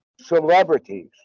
celebrities